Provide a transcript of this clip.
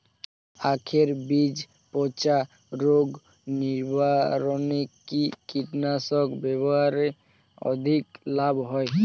আঁখের বীজ পচা রোগ নিবারণে কি কীটনাশক ব্যবহারে অধিক লাভ হয়?